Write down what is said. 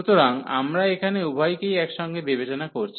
সুতরাং আমরা এখানে উভয়কেই একসঙ্গে বিবেচনা করছি